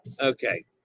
Okay